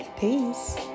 Peace